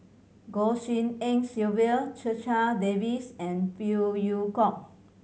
Goh Tshin En Sylvia Checha Davies and Phey Yew Kok